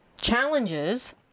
challenges